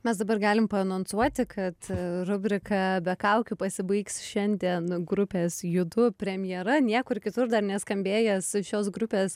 mes dabar galim anonsuoti kad rubrika be kaukių pasibaigs šiandien grupės judu premjera niekur kitur dar neskambėjęs šios grupės